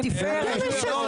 לתפארת.